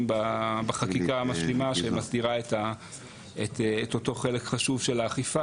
בחקיקה המשלימה שמסדירה את אותו חלק חשוב של האכיפה